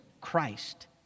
Christ